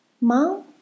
Mom